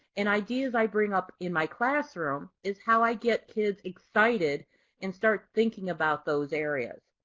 and ideas i bring up in my classroom, is how i get kids excited and start thinking about those areas.